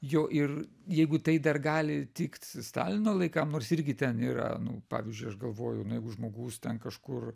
jo ir jeigu tai dar gali tikt stalino laikam nors irgi ten yra nu pavyzdžiui aš galvoju nu jeigu žmogus ten kažkur